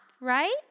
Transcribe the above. right